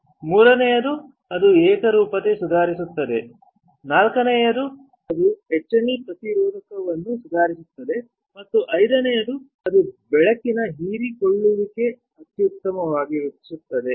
ಮೂರನೆಯದು ಅದು ಏಕರೂಪತೆ ಸುಧಾರಿಸುತ್ತದೆ ನಾಲ್ಕನೆಯದು ಅದು ಎಚ್ಚಣೆ ಪ್ರತಿರೋಧವನ್ನು ಸುಧಾರಿಸುತ್ತದೆ ಮತ್ತು ಐದನೆಯದು ಅದು ಬೆಳಕಿನ ಹೀರಿಕೊಳ್ಳುವಿಕೆ ಅತ್ಯುತ್ತಮವಾಗಿಸುತ್ತದೆ